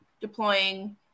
deploying